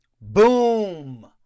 Boom